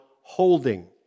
holding